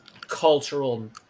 cultural